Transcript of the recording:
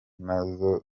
nazo